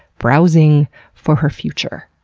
browsing for her future.